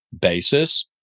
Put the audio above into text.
basis